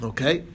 Okay